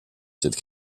cette